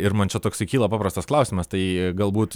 ir man čia toksai kyla paprastas klausimas tai galbūt